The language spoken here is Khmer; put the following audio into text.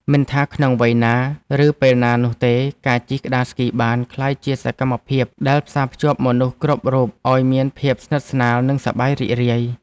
មិនថាក្នុងវ័យណា ឬពេលណានោះទេ ការជិះក្ដារស្គីបានក្លាយជាសកម្មភាពដែលផ្សារភ្ជាប់មនុស្សគ្រប់រូបឱ្យមានភាពស្និទ្ធស្នាល និងសប្បាយរីករាយ។